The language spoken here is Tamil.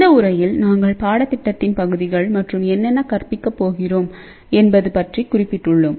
இந்த உரையில் நாங்கள் பாடத்திட்டத்தின் பகுதிகள் மற்றும் என்னென்ன கற்கப்போகிறோம் என்பது பற்றி குறிப்பிட்டுள்ளோம்